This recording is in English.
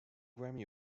grammy